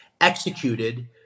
executed